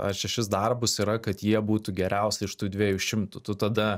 ar šešis darbus yra kad jie būtų geriausi iš tų dviejų šimtų tu tada